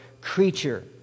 creature